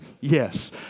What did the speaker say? yes